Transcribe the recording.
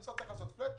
המשרד צריך לעשות פלאט,